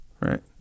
right